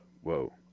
whoa